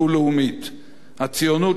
הציונות שלו היתה אמיתית,